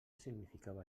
significava